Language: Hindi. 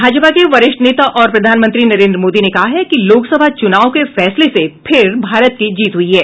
भाजपा के वरिष्ठ नेता और प्रधानमंत्री नरेन्द्र मोदी ने कहा है कि लोकसभा चूनाव के फैसले से फिर भारत की जीत हुई है